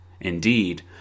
indeed